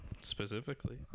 specifically